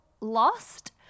lost